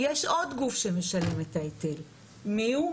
יש עוד גוף שמשלם את ההיטל, מיהו?